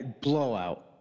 blowout